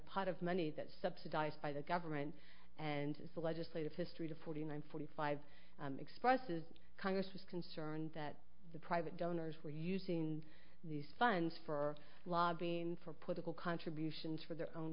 pot of money that subsidized by the government and the legislative history to forty nine forty five expresses congress was concerned that the private donors were using these funds for lobbying for political contributions for their own